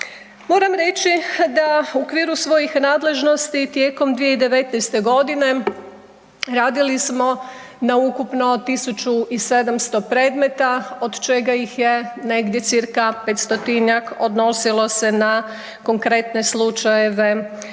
Moram reći da u okviru svojih nadležnosti tijekom 2019. godine radili smo na ukupno 1.700 predmeta od čega ih je negdje 500-tinjak odnosilo se na konkretne slučajeve